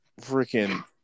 freaking